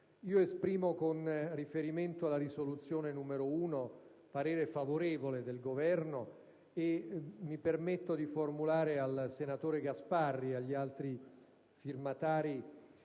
Esprimo, con riferimento alla proposta di risoluzione n. 1, parere favorevole del Governo e mi permetto di formulare al senatore Gasparri e agli altri firmatari